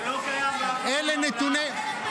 זה לא קיים באף מקום בעולם.